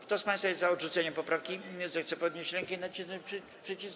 Kto z państwa jest za odrzuceniem poprawki, zechce podnieść rękę i nacisnąć przycisk.